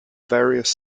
various